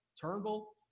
Turnbull